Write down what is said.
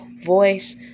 Voice